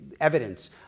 evidence